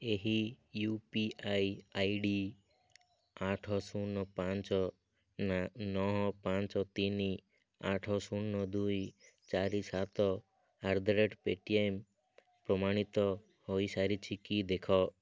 ଏହି U P I I D ଆଠ ଶୂନ ପାଞ୍ଚ ନ ନଅ ପାଞ୍ଚ ତିନି ଆଠ ଶୂନ ଦୁଇ ଚାରି ସାତ ଆଟ୍ ଦ ରେଟ୍ ପେଟିଏମ୍ ପ୍ରମାଣିତ ହୋଇସାରିଛି କି ଦେଖ